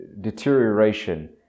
deterioration